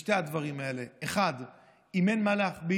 בשני הדברים האלה: 1. אם אין מה להחביא,